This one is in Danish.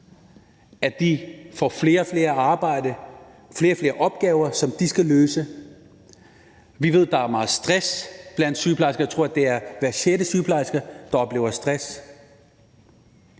at de får mere og mere arbejde og flere og flere opgaver, som de skal løse. Vi ved, der er meget stress blandt sygeplejersker, jeg tror, det er hver sjette sygeplejerske, der oplever stress.